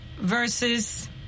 versus